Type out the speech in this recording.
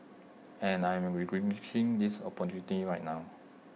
and I am this opportunity right now